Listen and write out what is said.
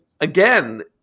again